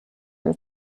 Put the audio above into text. from